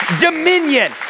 dominion